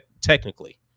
technically